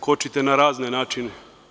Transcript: Kočite na razne načine.